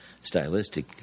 stylistic